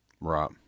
Right